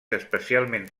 especialment